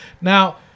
Now